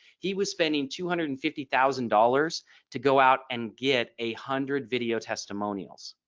he was spending two hundred and fifty thousand dollars to go out and get a hundred video testimonials